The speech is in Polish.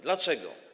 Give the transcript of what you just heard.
Dlaczego?